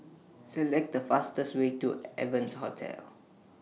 Select The fastest Way to Evans Hotel